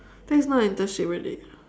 that's not internship really